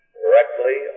correctly